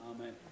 Amen